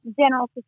general